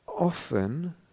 Often